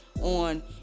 on